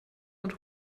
und